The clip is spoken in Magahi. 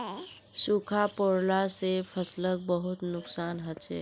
सूखा पोरला से फसलक बहुत नुक्सान हछेक